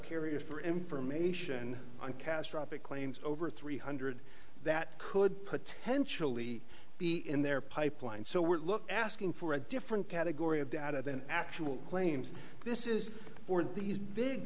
carrier for information on kastrup it claims over three hundred that could potentially be in their pipeline so we're looking at asking for a different category of data than actual claims this is for these big